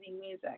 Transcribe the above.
music